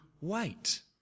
wait